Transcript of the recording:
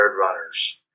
runners